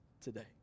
today